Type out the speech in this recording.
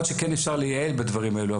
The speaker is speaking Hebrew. יכול להיות שכן אפשר לייעל בדברים האלו,